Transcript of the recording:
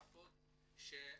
בשפתו.